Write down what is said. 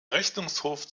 rechnungshof